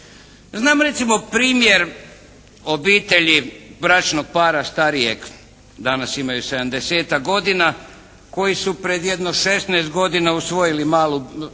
Znam recimo primjer obitelji, bračnog para starijeg, danas imaju sedamdesetak godina, koji su pred jedno 16 godina usvojili malu,